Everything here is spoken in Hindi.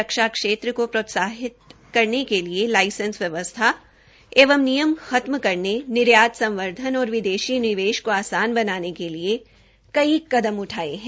रक्षा क्षेत्र को प्रोत्साहित देने के लिए लाइसेंस व्यवस्था एवं नियम खत्म करने निर्यात संवर्धन और विदेशी निवेश को आसान बनाने के लिए नई कदम उठाये है